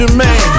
man